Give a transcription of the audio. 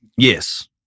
Yes